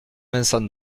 vincent